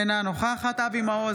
אינה נוכחת אבי מעוז,